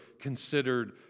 considered